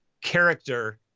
character